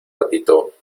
patito